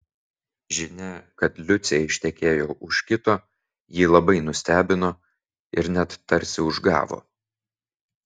žinia kad liucė ištekėjo už kito jį labai nustebino ir net tarsi užgavo